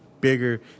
bigger